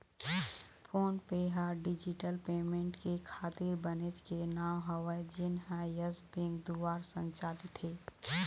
phone पे ह digital payment के खातिर बनेच के नांव हवय जेनहा यस बेंक दुवार संचालित हे